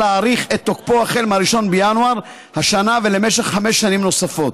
להאריך את תוקפו מ-1 בינואר השנה למשך חמש שנים נוספות,